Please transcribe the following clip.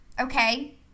Okay